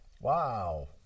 Wow